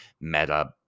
meta